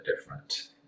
different